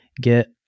get